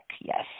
yes